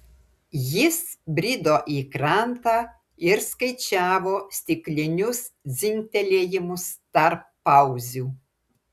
jis brido į krantą ir skaičiavo stiklinius dzingtelėjimus tarp pauzių